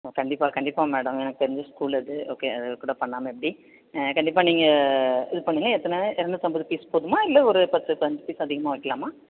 ம் கண்டிப்பாக கண்டிப்பாக மேடம் எனக்கு தெரிஞ்ச ஸ்கூல் அது ஓகே அது கூட பண்ணாமல் எப்படி கண்டிப்பாக நீங்கள் இது பண்ணுங்கள் எத்தனை இரநூத்தம்பது பீஸ் போதுமா இல்லை ஒரு பத்து பதினைஞ்சி பீஸ் அதிகமாக வைக்கலாமா